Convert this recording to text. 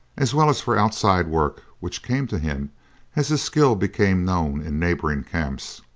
as well as for outside work which came to him as his skill became known in neighboring camps.